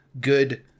good